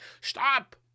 Stop